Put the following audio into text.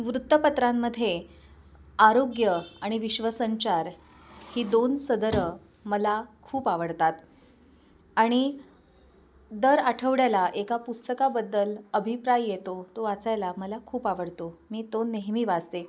वृत्तपत्रांमध्ये आरोग्य आणि विश्वसंचार ही दोन सदरं मला खूप आवडतात आणि दर आठवड्याला एका पुस्तकाबद्दल अभिप्राय येतो तो वाचायला मला खूप आवडतो मी तो नेहमी वाचते